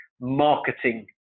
marketing